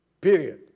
Period